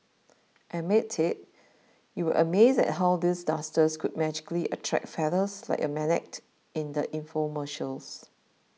admit it you were amazed at how these dusters could magically attract feathers like a magnet in the infomercials